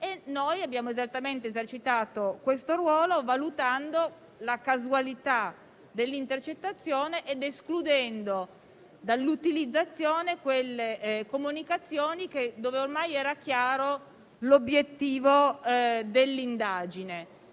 Abbiamo esattamente esercitato questo ruolo, valutando la casualità dell'intercettazione ed escludendo dall'utilizzazione quelle comunicazioni in cui ormai era chiaro l'obiettivo dell'indagine.